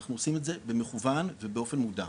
אנחנו עושים את זה במכוון ובאופן מודע.